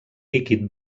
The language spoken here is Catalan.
líquid